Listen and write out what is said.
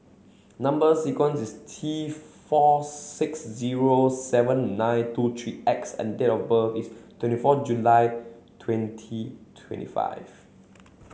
number sequence is T four six zero seven nine two three X and date of birth is twenty four July twenty twenty five